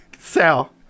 Sal